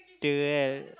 the hell